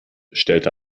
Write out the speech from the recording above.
stellte